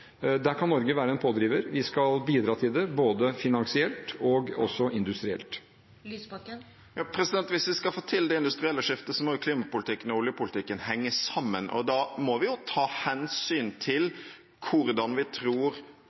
Der kan Norge være en pådriver. Vi skal bidra til det, både finansielt og industrielt. Hvis vi skal få til det industrielle skiftet, må klimapolitikken og oljepolitikken henge sammen, og da må vi ta hensyn til hvordan vi tror